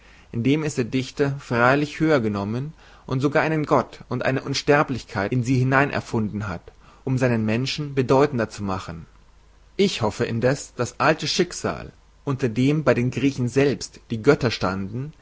es der dichter freilich höher genommen und sogar einen gott und eine unsterblichkeit in sie hineinerfunden hat um seinen menschen bedeutender zu machen ich hoffe indeß das alte schicksal unter dem bei den griechen selbst die götter standen